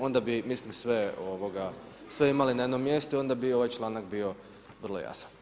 Onda bi mislim sve imali na jednom mjestu i onda bi ovaj članak bio vrlo jasan.